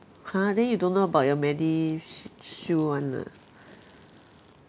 !huh! then you don't know about your medish~ shield [one] lah